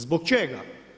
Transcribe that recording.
Zbog čega?